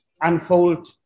unfold